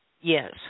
Yes